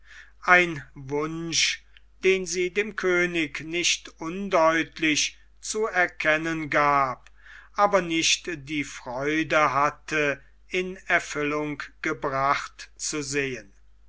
ein wunsch den sie dem könig nicht undeutlich zu erkennen gab aber nicht die freude hatte in erfüllung gebracht zu sehen